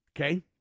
Okay